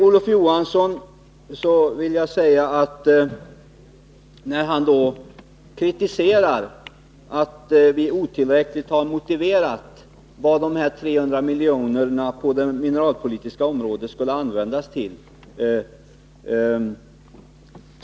Olof Johansson kritiserar oss för att otillräckligt ha motiverat vad de 300 miljonerna på det mineralpolitiska området skulle användas till.